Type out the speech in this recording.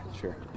sure